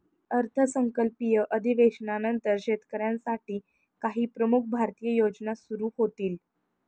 अर्थसंकल्पीय अधिवेशनानंतर शेतकऱ्यांसाठी काही प्रमुख भारतीय योजना सुरू होतील